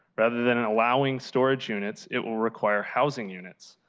rather than and allowing storage units, it will require housing units.